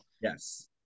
yes